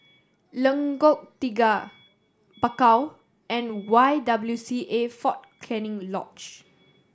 Lengkok Tiga Bakau and Y W C A Fort Canning Lodge